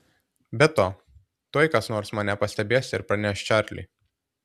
be to tuoj kas nors mane pastebės ir praneš čarliui